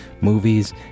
movies